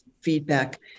feedback